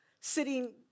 sitting